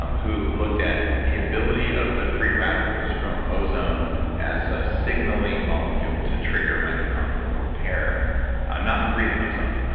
um who looked at the ability of the free radicals from ozone, as a signaling molecule to trigger mitochondrial repair not from breathing ozone,